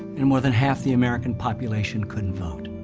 and more than half the american population couldn't vote.